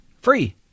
free